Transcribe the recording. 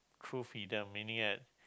true freedom meaning that